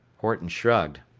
horton shrugged.